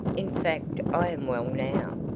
in fact i am well now.